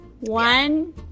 one